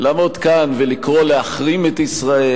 לעמוד כאן ולקרוא להחרים את ישראל